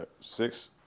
six